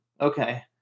Okay